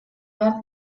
behar